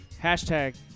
Hashtag